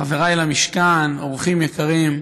חבריי למשכן, אורחים יקרים,